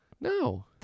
no